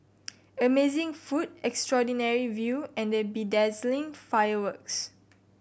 amazing food extraordinary view and bedazzling fireworks